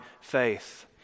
faith